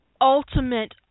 ultimate